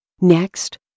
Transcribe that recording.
Next